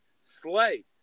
Slay